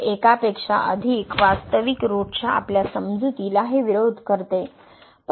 तर एकापेक्षा अधिक वास्तविक रुट्सच्या आपल्या समजुतीला हे विरोध करते